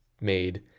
made